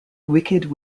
wicked